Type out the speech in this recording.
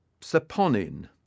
saponin